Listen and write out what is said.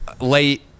late